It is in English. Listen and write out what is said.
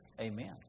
Amen